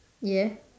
yeah